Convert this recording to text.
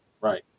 Right